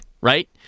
right